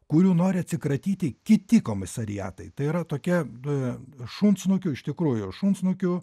kurių nori atsikratyti kiti komisariatai tai yra tokia šunsnukių iš tikrojo šunsnukių